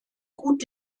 gut